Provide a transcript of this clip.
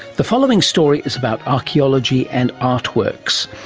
the following story is about archaeology and artworks.